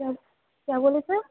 क्या क्या बोले सर